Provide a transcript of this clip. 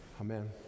Amen